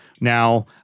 Now